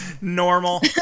Normal